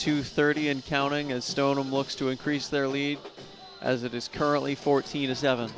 two thirty and counting as stoner looks to increase their lead as it is currently fourteen a seven